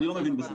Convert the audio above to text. אני לא מבין בזה.